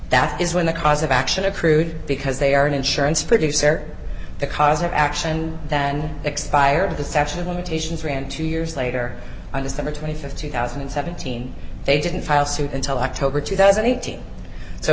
that is when the cause of action accrued because they are an insurance producer the cause of action that expired the statute of limitations ran two years later on december th two thousand and seventeen they didn't file suit until october two thousand and eighteen so